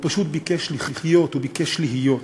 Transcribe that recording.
הוא פשוט ביקש לחיות, הוא ביקש להיות,